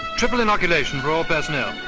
triple inoculation for all personnel.